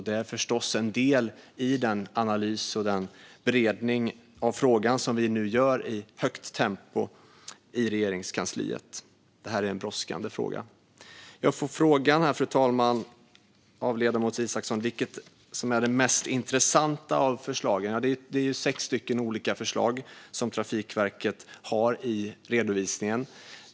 Det är förstås en del i den analys och beredning av frågan som vi nu gör i högt tempo i Regeringskansliet. Detta är en brådskande fråga. Fru talman! Ledamoten Isacsson frågar mig vilket som är det mest intressanta av Trafikverkets förslag. Det är sex olika förslag som Trafikverket har i sin redovisning.